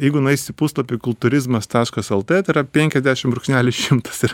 jeigu nueisi į puslapį kultūrizmas taškas lt tai yra penkiasdešim brūkšnelis šimtas yra